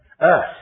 earth